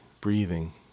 breathing